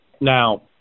Now